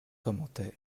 commentaire